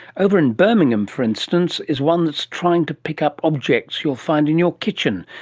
over in birmingham for instance is one that is trying to pick up objects you'll find in your kitchen.